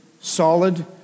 solid